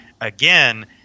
again